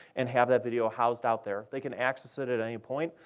and have that video housed out there. they can access it at any point,